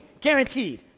guaranteed